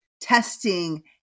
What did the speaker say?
testing